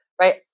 right